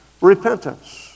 Repentance